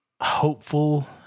hopeful